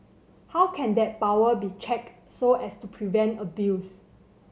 how can that power be checked so as to prevent abuse